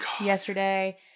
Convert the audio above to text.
yesterday